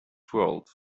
world